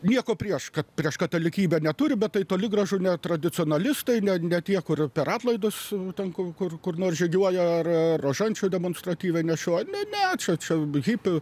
nieko prieš kad prieš katalikybę neturi bet tai toli gražu ne tradicionalistai ne ne tie kurie per atlaidus ten kur kur nors žygiuoja ar rožančių demonstratyviai nešioja ne ne čia hipių